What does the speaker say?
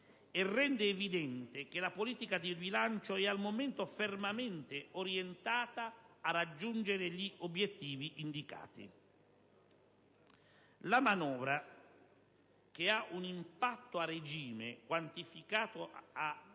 e rende evidente che la politica di bilancio è al momento fermamente orientata a raggiungere gli obiettivi indicati. La manovra, che ha un impatto a regime quantificato